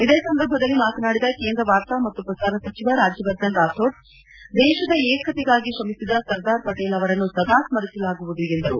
ಇದೇ ಸಂದರ್ಭದಲ್ಲಿ ಮಾತನಾಡಿದ ಕೇಂದ್ರ ವಾರ್ತಾ ಮತ್ತು ಪ್ರಸಾರ ಸಚಿವ ರಾಜ್ಯವರ್ಧನ್ ರಾಥೋಡ್ ದೇಶದ ಏಕತೆಗಾಗಿ ಶ್ರಮಿಸಿದ ಸರ್ದಾರ್ ಪಟೇಲ್ ಅವರನ್ನು ಸದಾ ಸ್ಮರಿಸಲಾಗುವುದು ಎಂದರು